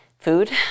food